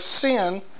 sin